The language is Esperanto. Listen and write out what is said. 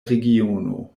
regiono